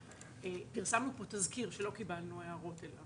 פרסמנו תזכיר שלא קיבלנו עליו הערות.